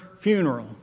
funeral